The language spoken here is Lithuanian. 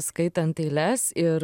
skaitant eiles ir